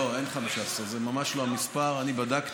לא, אין 15, זה ממש לא המספר, אני בדקתי.